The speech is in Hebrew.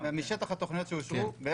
16% משטח התוכניות שאושרו,